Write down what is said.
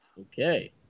Okay